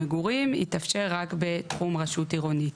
מתעסוקה ומסחר למגורים יתאפשר רק בתחום רשות עירונית.